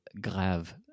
Grave